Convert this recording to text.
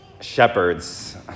shepherds